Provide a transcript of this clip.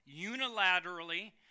unilaterally